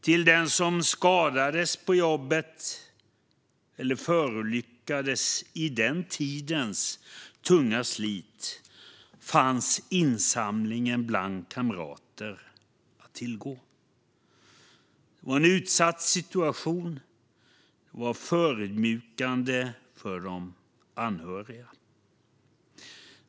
Om någon skadades på jobbet eller förolyckades i den tidens tunga slit fanns insamling bland kamrater att tillgå. Det var en utsatt situation, och det var förödmjukande för de anhöriga.